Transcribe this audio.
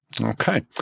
okay